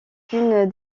une